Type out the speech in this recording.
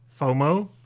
FOMO